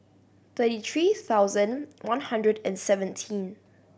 thirty three thousand one hundred and seventeen